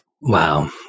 Wow